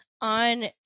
on